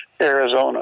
Arizona